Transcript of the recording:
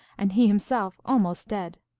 and he himself almost dead.